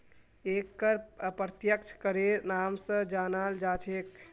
एक कर अप्रत्यक्ष करेर नाम स जानाल जा छेक